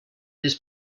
this